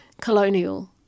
colonial